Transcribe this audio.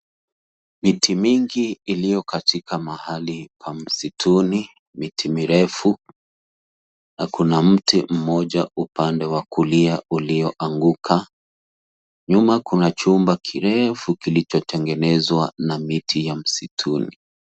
Miti mingi ilio katika mahali pa misitu, miti mirefu, na kuna mti mmoja upande wa kulia ulioanguka. Nyuma kuna chumba kirefu kilichotengenezwa na miti ya msituni.